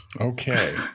Okay